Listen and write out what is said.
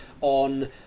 on